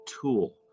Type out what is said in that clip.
tool